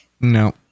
No